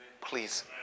Please